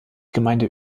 gemeinde